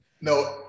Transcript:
No